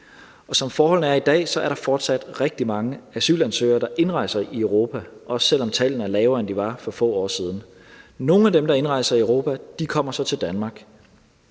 dag. Som forholdene er i dag, er der fortsat rigtig mange asylansøgere, der indrejser i Europa, også selv om tallene er lavere, end de var for få år siden. Nogle af dem, der indrejser i Europa, kommer så til Danmark,